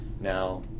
Now